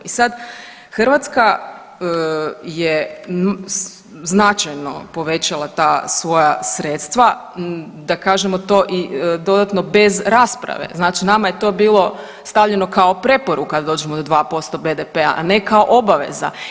I sad Hrvatska je značajno povećala ta svoja sredstva, da kažemo to i dodatno bez rasprave, znači nama je to bilo stavljeno kao preporuka da dođemo do 2% BDP-a, a ne kao obaveza.